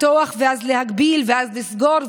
לפתוח ואז להגביל ואז לסגור,